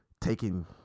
taking